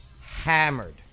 hammered